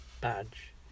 badge